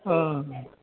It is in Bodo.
ओ